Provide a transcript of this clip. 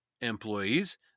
employees